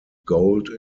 gold